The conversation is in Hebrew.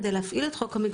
כדי להפעיל את חוק המגבלות,